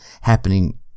happening